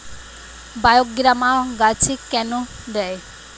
বায়োগ্রামা গাছে কেন দেয়?